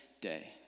day